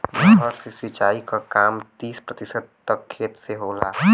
नहर से सिंचाई क काम तीस प्रतिशत तक खेत से होला